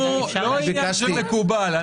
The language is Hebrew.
זה לא עניין של מקובל.